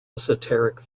esoteric